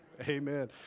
amen